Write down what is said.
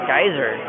Geyser